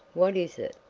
what is it?